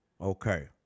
Okay